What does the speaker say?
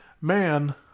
man